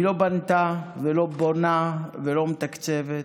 היא לא בנתה ולא בונה ולא מתקצבת.